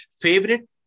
Favorite